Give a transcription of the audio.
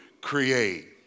create